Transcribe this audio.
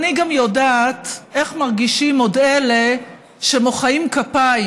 אני גם יודעת איך מרגישים עוד אלה שמוחאים כפיים,